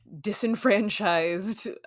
disenfranchised